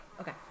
Okay